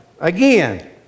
again